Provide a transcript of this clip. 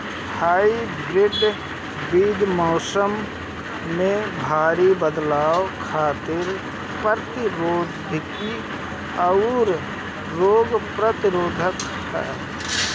hybrid बीज मौसम में भारी बदलाव खातिर प्रतिरोधी आउर रोग प्रतिरोधी ह